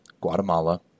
Guatemala